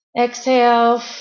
exhale